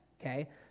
okay